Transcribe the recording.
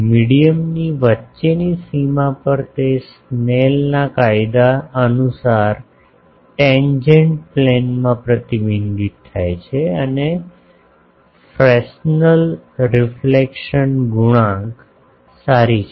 medium ની વચ્ચેની સીમા પર તે સ્નેલના કાયદાSnell's law અનુસાર ટેન્જેન્ટ પ્લેન માં પ્રતિબિંબિત થાય છે અને ફ્રેસ્નલ રિફ્લેક્શન ગુણાંક સારી છે